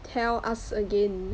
tell us again